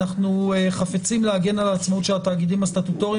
אנחנו חפצים להגן על העצמאות של התאגידים הסטטוטוריים